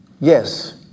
Yes